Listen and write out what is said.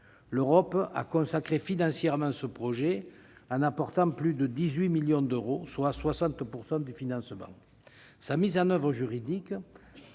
européenne a consacré ce projet en apportant plus de 18 millions d'euros, soit 60 % du financement. Sa mise en oeuvre juridique,